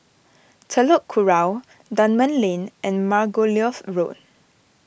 Telok Kurau Dunman Lane and Margoliouth Road